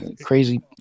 crazy